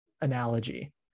analogy